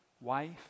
wife